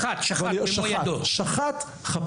שחט במו ידו.